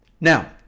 Now